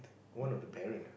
one of the parent